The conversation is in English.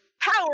power